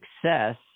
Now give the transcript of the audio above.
success